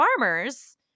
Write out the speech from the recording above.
farmers